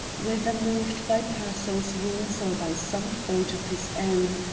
whether moved by pearsall's words or by some thought of his own,